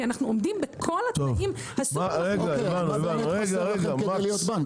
כי אנחנו עומדים בכל התנאים ה --- אז מה באמת חסר לכם כדי להיות בנק?